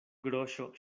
groŝo